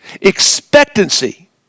Expectancy